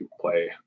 play